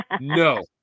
No